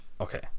okay